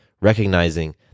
Recognizing